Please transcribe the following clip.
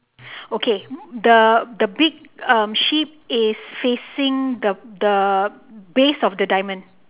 okay the the big um sheep is facing the the base of the diamond